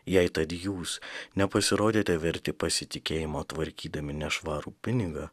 jei tad jūs nepasirodėte verti pasitikėjimo tvarkydami nešvarų pinigą